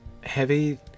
heavy